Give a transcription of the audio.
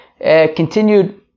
continued